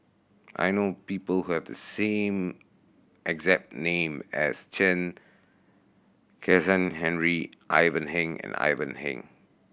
I know people who have the exact name as Chen Kezhan Henri Ivan Heng and Ivan Heng